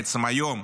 בעצם היום,